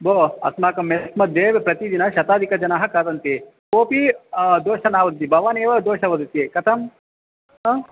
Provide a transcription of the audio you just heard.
भोः अस्माकं मेस् मध्ये एव प्रतिदिनं शताधिकजनाः खादन्ति कोपि दोषः न वदति भवान् एव दोषं वदति कथं